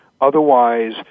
otherwise